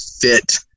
fit